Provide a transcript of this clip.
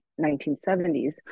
1970s